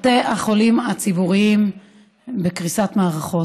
בתי החולים הציבוריים בקריסת מערכות.